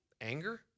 Anger